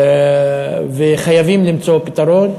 וחייבים למצוא פתרון.